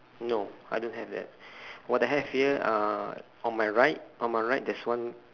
no I don't have that what I have here uh on my right on my right there's one